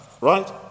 right